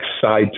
side